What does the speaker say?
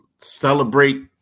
celebrate